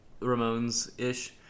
Ramones-ish